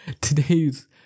Today's